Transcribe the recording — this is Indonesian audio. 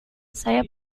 saya